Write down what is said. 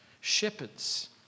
Shepherds